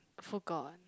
I forgot